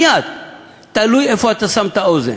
מייד: תלוי איפה אתה שם את האוזן.